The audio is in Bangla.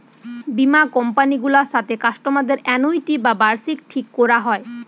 বীমা কোম্পানি গুলার সাথে কাস্টমারদের অ্যানুইটি বা বার্ষিকী ঠিক কোরা হয়